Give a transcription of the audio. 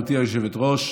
גברתי היושבת-ראש,